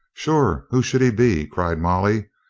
sure, who should he be? cried molly.